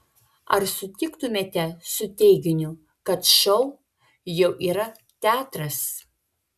ar sutiktumėte su teiginiu kad šou jau yra teatras